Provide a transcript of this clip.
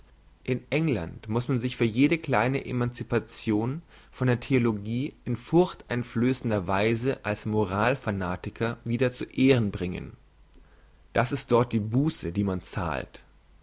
in england muss man sich für jede kleine emancipation von der theologie in furchteinflössender weise als moral fanatiker wieder zu ehren bringen das ist dort die busse die man zahlt